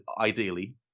ideally